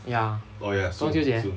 ya 中秋节